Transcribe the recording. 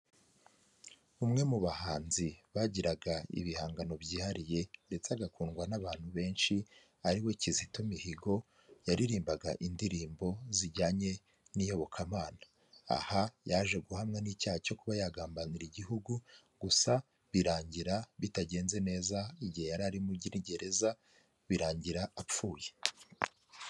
Umwe mu bahanzi bagiraga ibihangano byihariye ndetse agakundwa n'abantu benshi, ariwe Kizito Mihigo, yaririmbaga indirimbo zijyanye n'iyobokamana aha yaje guhamwa n'icyaha cyo kuba yagambanira igihugu gusa birangira bitagenze neza igihe yari ari muri gereza birangira apfuye.